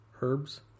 Herbs